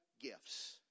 gifts